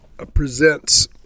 presents